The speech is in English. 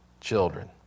children